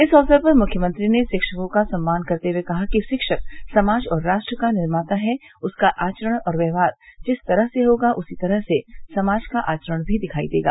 इस अवसर पर मुख्यमंत्री ने शिक्षकों का सम्मान करते हुए कहा कि शिक्षक समाज और राष्ट्र का निर्माता है उसका आचरण और व्यवहार जिस तरह से होगा उसी तरह से समाज का आचरण भी दिखाई देगा